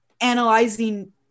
analyzing